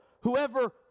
Whoever